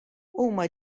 huma